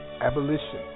Abolition